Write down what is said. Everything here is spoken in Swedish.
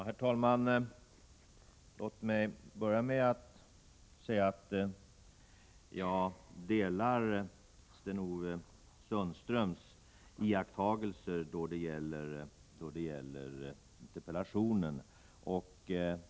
Herr talman! Låt mig börja med att säga att jag delar Sten-Ove Sundströms iakttagelser då det gäller interpellationen.